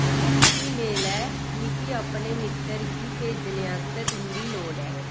इक ईमेल ऐ मिगी अपने मित्तर गी भेजने आस्तै तुं'दी लोड़ ऐ